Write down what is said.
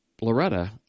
Loretta